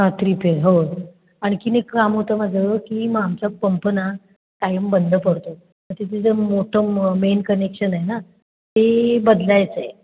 हां three phase हो आणखी एक काम होतं माझं की मग आमचं पंप ना कायम बंद पडतो तिथे जे मोठं म मेन कनेक्शन आहे ना ते बदलायचं आहे